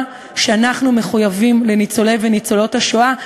שאנחנו מחויבים לניצולי וניצולות השואה,